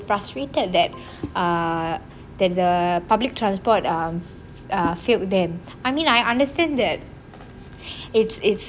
frustrated that um that the public transport um um failed them I mean I understand that it's it's